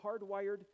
hardwired